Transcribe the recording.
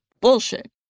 Bullshit